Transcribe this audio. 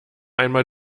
einmal